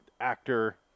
actor